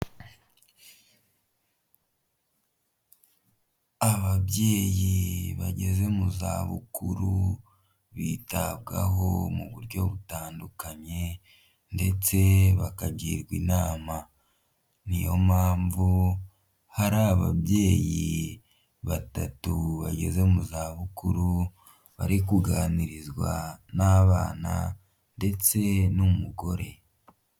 ababyeyi bageze mu za bukuru bitabwaho mu buryo butandukanye ndetse bakagirwa inama niyo mpamvu hari ababyeyi batatu bageze mu za bukuru bari kuganirizwa n'abana ndetse n'umugore.